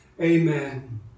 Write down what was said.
amen